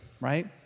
right